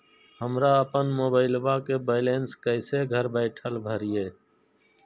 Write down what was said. हमरा अपन मोबाइलबा के बैलेंस कैसे घर बैठल भरिए?